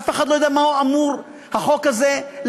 אף אחד לא יודע מה אמור החוק הזה להגשים,